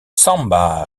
samba